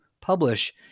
publish